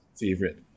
favorite